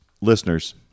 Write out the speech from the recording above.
listeners